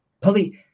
police